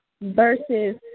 versus